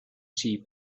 sheep